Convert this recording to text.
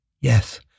Yes